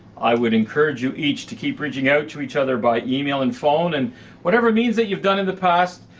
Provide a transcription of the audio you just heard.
i would encourage you each to keep reaching out to each other by email and phone and whatever means that you've done in the past,